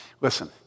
Listen